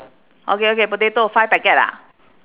okay okay potato five packet ah